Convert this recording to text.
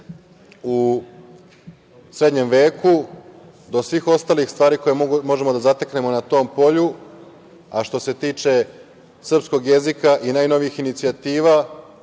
u srednjem veku, do svih ostalih stvari koje možemo da zateknemo na tom polju. Što se tiče srpskog jezika i najnovijih inicijativa,